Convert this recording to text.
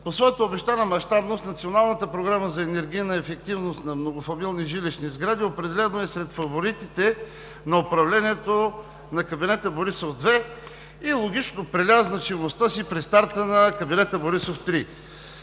По своята обещана мащабност Националната програма за енергийна ефективност на многофамилни жилищни сгради определено е сред фаворитите на управлението на кабинета Борисов 2 и логично преля значимостта си при старта на кабинета Борисов 3.